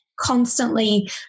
constantly